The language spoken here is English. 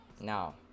Now